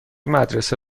مدرسه